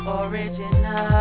original